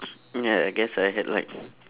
ya I guess I had like